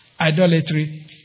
idolatry